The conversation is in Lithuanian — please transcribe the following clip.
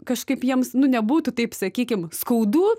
kažkaip jiems nu nebūtų taip sakykim skaudu